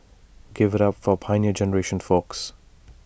give IT up for the Pioneer Generation folks